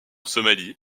somalie